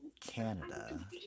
Canada